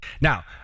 Now